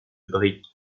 briques